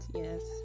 yes